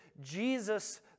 Jesus